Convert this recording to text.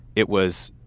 it was,